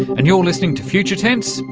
and you're listening to future tense,